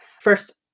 first